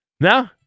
No